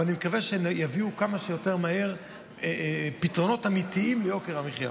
ואני מקווה שיביאו כמה שיותר מהר פתרונות אמיתיים ליוקר המחיה.